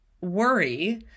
worry